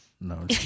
No